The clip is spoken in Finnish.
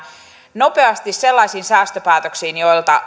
nopeasti sellaisiin säästöpäätöksiin